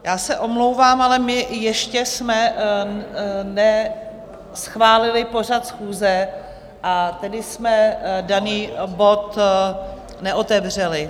Já se omlouvám, ale my ještě jsme neschválili pořad schůze, a tedy jsme daný bod neotevřeli.